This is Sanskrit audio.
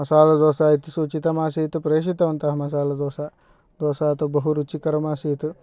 मसालादोसा इति सूचितम् आसीत् प्रेषितवन्तः मसालादोसा दोसा तु बहुरुचिकरम् आसीत्